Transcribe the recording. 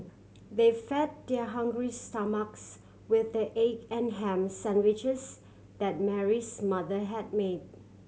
they fed their hungry stomachs with the egg and ham sandwiches that Mary's mother had made